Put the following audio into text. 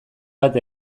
bat